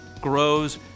grows